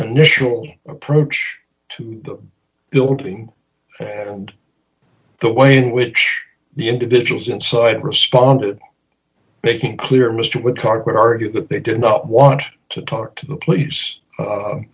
initial approach to the building and the way in which the individuals inside responded making clear mr wood talk would argue that they did not want to talk to the p